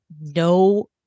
no